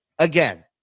Again